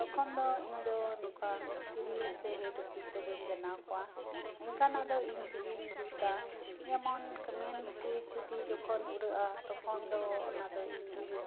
ᱛᱚᱠᱷᱚᱱ ᱫᱚ ᱤᱧᱫᱚ ᱱᱚᱠᱟ ᱢᱤᱥᱛᱤᱨᱤ ᱥᱮ ᱦᱮᱰ ᱚᱯᱷᱤᱥᱫᱚ ᱵᱟᱹᱧ ᱡᱟᱱᱟᱣ ᱠᱚᱣᱟ ᱮᱱᱠᱟᱱᱟᱜ ᱫᱚ ᱤᱧ ᱛᱮᱜᱤᱧ ᱡᱩᱛᱟ ᱡᱮᱢᱚᱱ ᱢᱮᱱ ᱥᱩᱭᱤᱡ ᱡᱚᱫᱤ ᱩᱲᱟᱹᱜᱼᱟ ᱛᱚᱠᱷᱚᱱ ᱫᱚ ᱚᱱᱟᱫᱚ ᱤᱧᱜᱤᱧ